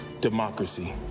democracy